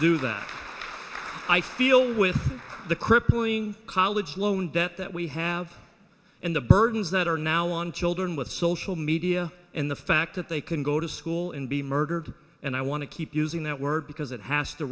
do that i feel with the crippling college loan debt that we have and the burdens that are now on children with social media and the fact that they can go to school and be murdered and i want to keep using that word because it has to